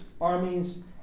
armies